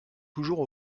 toujours